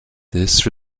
this